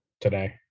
today